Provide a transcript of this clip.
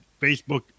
Facebook